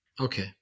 Okay